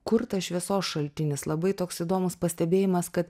kur tas šviesos šaltinis labai toks įdomus pastebėjimas kad